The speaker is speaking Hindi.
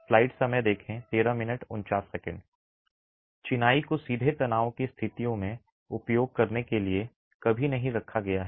स्लाइड समय देखें 1349 चिनाई को सीधे तनाव की स्थितियों में उपयोग करने के लिए कभी नहीं रखा गया है